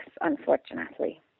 unfortunately